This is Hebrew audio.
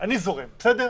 אני זורם, בסדר?